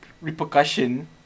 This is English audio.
repercussion